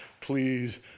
please